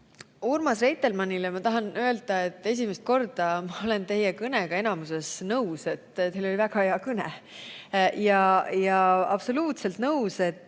Urmas Reitelmannile ma tahan öelda, et esimest korda ma olen teie kõne sisuga enamikus nõus, teil oli väga hea kõne. Jah, absoluutselt nõus,